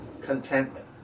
contentment